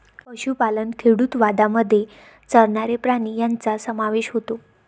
पशुपालन खेडूतवादामध्ये चरणारे प्राणी यांचा समावेश होतो